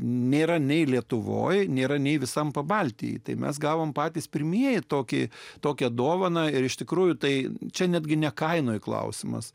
nėra nei lietuvoje nėra nei visam pabalty tai mes gavome patys pirmieji tokį tokią dovaną ir iš tikrųjų tai čia netgi ne kainoje klausimas